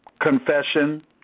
confession